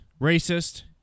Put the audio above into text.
racist